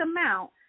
amount